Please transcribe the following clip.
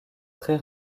très